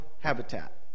habitat